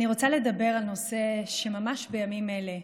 אני רוצה לדבר על נושא שממש בימים אלה,